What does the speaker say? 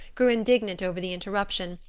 grew indignant over the interruption,